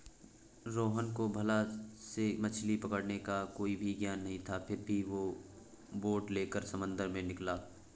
रोहन को भाला से मछली पकड़ने का कोई भी ज्ञान नहीं था फिर भी वो बोट लेकर समंदर में निकला